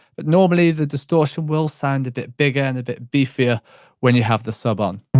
but normally the distortion will sound a bit bigger and a bit beefier when you have the sub on.